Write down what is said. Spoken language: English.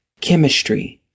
Chemistry